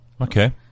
Okay